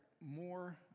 more